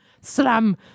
Slam